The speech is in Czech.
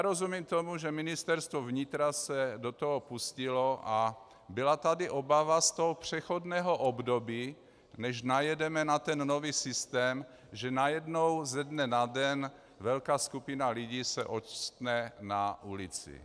Rozumím tomu, že Ministerstvo vnitra se do toho pustilo a byla tady obava z toho přechodného období, než najedeme na nový systém, že najednou ze dne na den velká skupina lidí se ocitne na ulici.